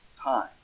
time